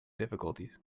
difficulties